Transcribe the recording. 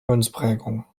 münzprägung